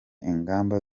ingamba